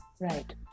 Right